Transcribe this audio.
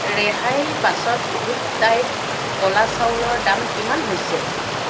ৰেহাইৰ পাছত good diet ক'লা চাউলৰ দাম কিমান হৈছে